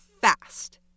fast